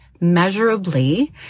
measurably